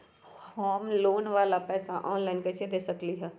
हम लोन वाला पैसा ऑनलाइन कईसे दे सकेलि ह?